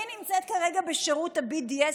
היא נמצאת כרגע בשירות ה-BDS,